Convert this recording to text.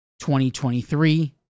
2023